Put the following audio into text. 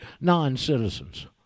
non-citizens